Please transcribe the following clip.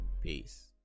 Peace